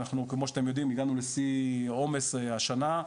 כמו שאתם יודעים, הגענו לשיא עומס השנה,